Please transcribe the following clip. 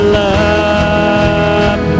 love